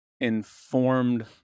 informed